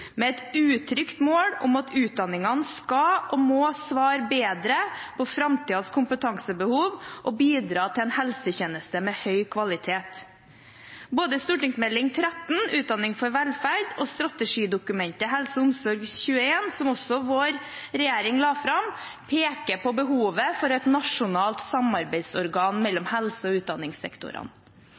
med et uttrykt mål om at utdanningene skal og må svare bedre på framtidens kompetansebehov og bidra til en helsetjeneste med høy kvalitet. Både stortingsmeldingen Utdanning for velferd og strategidokumentet HelseOmsorg21, som vår regjering også la fram, peker på behovet for et nasjonalt samarbeidsorgan mellom helse- og utdanningssektorene.